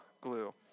Glue